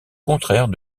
contraire